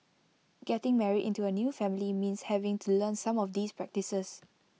getting married into A new family means having to learn some of these practices